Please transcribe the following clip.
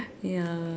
ya